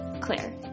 Claire